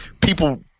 people